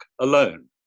alone